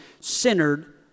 centered